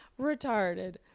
retarded